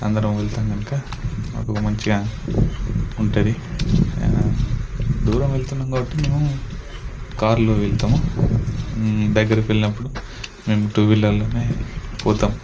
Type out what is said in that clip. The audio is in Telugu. అందరం వెళ్తాం కనుక మాకు మంచిగా ఉంటుంది దూరం వెళుతున్నాం కాబట్టి మేము కారులో వెళ్తాము దగ్గరికి వెళ్ళినప్పుడు మేము టు వీలర్లోనే పోతాం